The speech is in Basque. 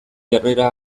jarrera